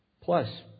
Plus